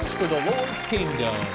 for the lord's kingdom!